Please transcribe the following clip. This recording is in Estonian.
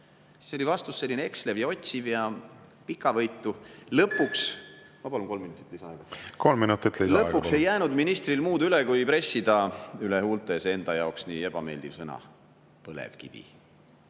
siis oli vastus selline ekslev ja otsiv ja pikavõitu. Lõpuks … Ma palun kolm minutit lisaaega. Kolm minutit lisaaega. Kolm minutit lisaaega. … ei jäänud ministril muud üle, kui pressida üle huulte enda jaoks nii ebameeldiv sõna – "põlevkivi".